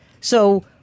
So-